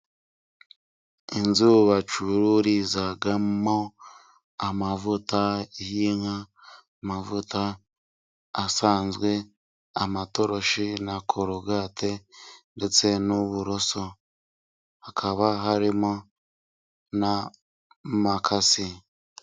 Inzu bacururizamo amavuta y'inka, amavuta asanzwe, amatoroshi na korogate ndetse n'uburoso. Hakaba harimo n' imakasi.